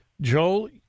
Joel